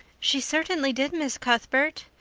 she certainly did, miss cuthbert,